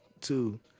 Two